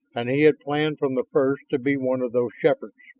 and he had planned from the first to be one of those shepherds.